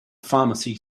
pharmacy